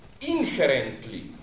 inherently